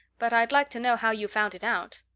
but i'd like to know how you found it out.